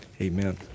Amen